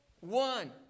one